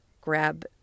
grab